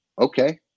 okay